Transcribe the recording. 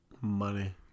money